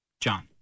John